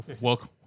Welcome